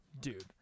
dude